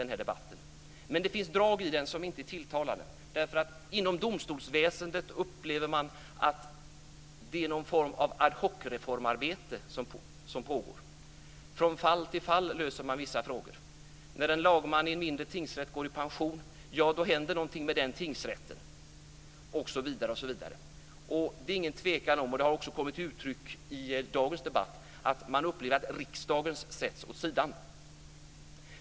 Men det finns drag i den som inte tilltalar. Inom domstolsväsendet upplever man att det är någon form av ad hoc-reformarbete som pågår. Man löser vissa frågor från fall till fall. När en lagman i en mindre tingsrätt går i pension händer någonting med den tingsrätten, osv. Det är ingen tvekan om - och det har också kommit till uttryck i dagens debatt - att man upplever att riksdagen sätts åt sidan.